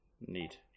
Neat